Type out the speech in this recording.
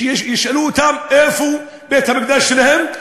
שישאלו אותם איפה בית-המקדש שלהם,